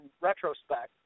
retrospect